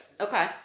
Okay